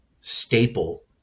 staple